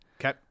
okay